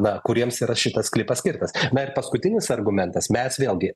na kuriems yra šitas klipas skirtas na ir paskutinis argumentas mes vėlgi